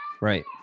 Right